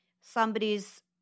somebody's